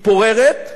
מתפוררת,